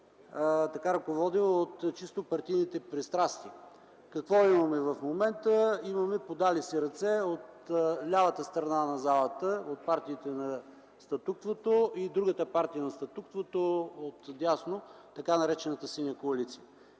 се е ръководел от чисто партийните пристрастия. Какво имаме в момента? Имаме подали си ръце от лявата страна на залата – партиите на статуквото, и другата партия на статуквото отдясно – тъй наречената Синя коалиция.